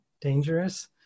dangerous